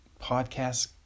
podcast